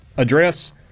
address